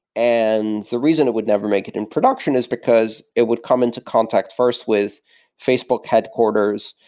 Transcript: and the reason it would never make it in production is because it would come into contact first with facebook headquarters,